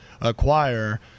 acquire